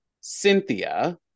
Cynthia